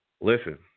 Listen